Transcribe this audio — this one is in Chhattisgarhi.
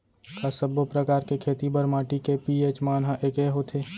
का सब्बो प्रकार के खेती बर माटी के पी.एच मान ह एकै होथे?